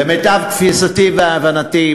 למיטב תפיסתי והבנתי,